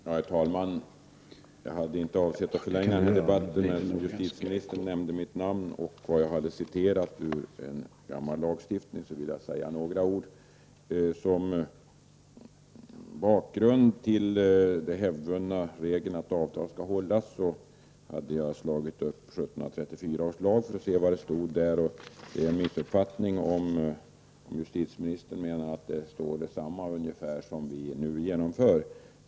Herr talman! Jag hade inte avsett att förlänga den här debatten. Men eftersom justitieministern nämnde mitt namn och det jag citerade ur en gammal lagstiftning vill jag säga några ord. Som bakgrund till den hävdvunna regeln att avtal skall hållas hade jag slagit upp 1734 års lag för att se vad som stod där. Det är en missuppfattning om justitieministern menar att det står ungefär detsamma där som vi nu ge nomför.